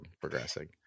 Progressing